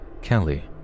Kelly